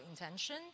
intention